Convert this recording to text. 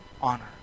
honor